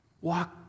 Walk